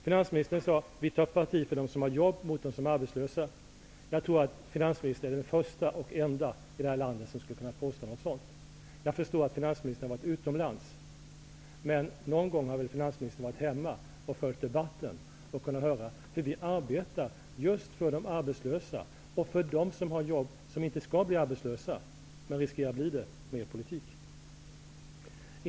Finansministern sade att vi tar parti för dem som har jobb mot de som är arbetslösa. Jag tror att finansministern är den första och enda i det här landet som skulle kunna påstå något sådant. Jag förstår att finansministern har varit utomlands. Men någon gång har väl finansministern varit hemma och följt debatten. Då har hon kunnat höra hur vi arbetar just för de arbetslösa och för att de som har jobb inte skall bli arbetslösa, vilket de riskerar med er politik.